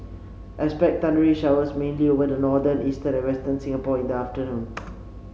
expect thundery showers mainly over the northern eastern and western Singapore in the afternoon